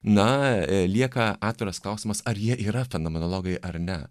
na lieka atviras klausimas ar jie yra fenomenologai ar ne